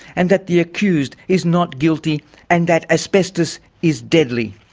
and that the accused is not guilty and that asbestos is deadly.